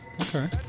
Okay